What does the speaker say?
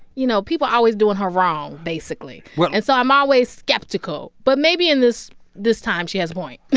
you know, people are always doing her wrong, basically well. and so i'm always skeptical. but maybe in this this time, she has a point.